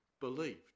believed